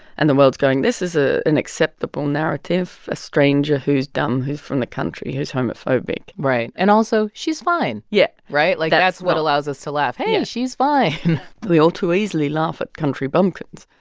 and the world's going, this is ah an acceptable narrative a stranger who's dumb, who's from the country, who's homophobic right. and also she's fine yeah right? like, that's what allows us to laugh yeah hey, and she's fine we all too easily laugh at country bumpkins.